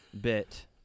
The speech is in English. bit